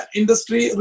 industry